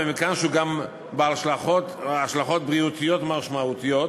ומכאן שהוא גם בעל השלכות בריאותיות משמעותיות,